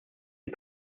and